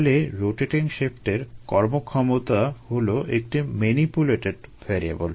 তাহলে রোটেটিং শ্যাফটের কর্মক্ষমতা হলো একটি ম্যানিপুলেটেড ভ্যারিয়েবল